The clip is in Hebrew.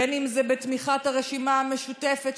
בין אם זה בתמיכת הרשימה המשותפת,